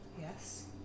Yes